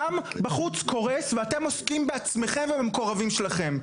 העם בחוץ קורס ואתם עוסקים בעצמכם ובמקורבים שלכם.